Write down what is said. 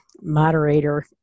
moderator